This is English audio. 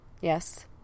Yes